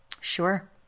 Sure